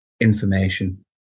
information